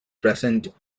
present